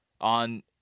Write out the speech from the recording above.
on